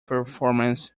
performance